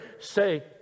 say